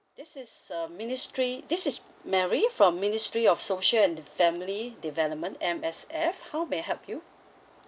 this is a ministry this is mary from ministry of social and family development M_S_F how may I help you